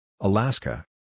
Alaska